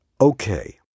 Okay